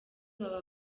baba